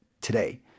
today